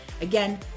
Again